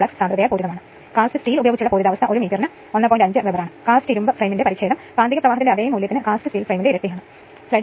5 വോൾട്ടും ammeter reading 13 ആമ്പിയറും watt meter reading 112 വാട്ടും ആയിരിക്കും